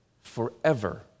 forever